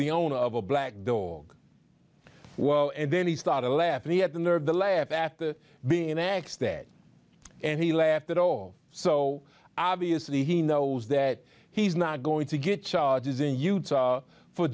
the owner of a black dog well and then he started to laugh and he had the nerve to laugh at the being an ax there and he laughed at all so obviously he knows that he's not going to get charges in utah for